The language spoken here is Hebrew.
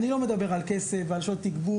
אני לא מדבר על כסף ועל שעות תגבור,